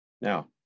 Now